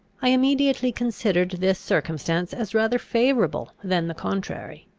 i immediately considered this circumstance as rather favourable than the contrary.